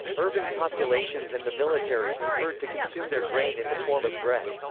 urban populations and the military preferred to consume their grain in the form of bread.